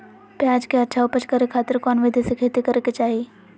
प्याज के अच्छा उपज करे खातिर कौन विधि से खेती करे के चाही?